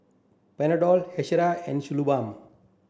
Panadol Hiruscar and Suu balm